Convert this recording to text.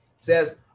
says